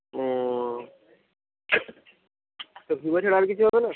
ও তো ভিভো ছাড়া আর কিছু হবে না